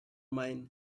mine